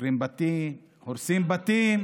עוקרים בתים, הורסים בתים,